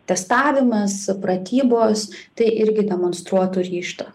testavimas pratybos tai irgi demonstruotų ryžtą